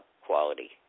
quality